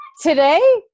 Today